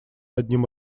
одним